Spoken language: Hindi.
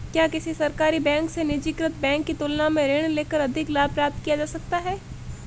क्या किसी सरकारी बैंक से निजीकृत बैंक की तुलना में ऋण लेकर अधिक लाभ प्राप्त किया जा सकता है?